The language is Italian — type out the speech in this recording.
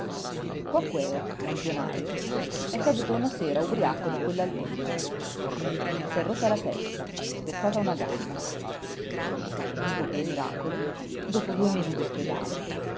scala quaquèo lampionajo è caduto una sera ubriaco da quell'altezza s'è rotta la testa spezzata una gamba vivo per miracolo dopo due mesi d'ospedale